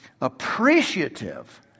appreciative